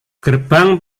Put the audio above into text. gerbang